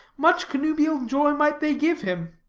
much connubial joy might they give him.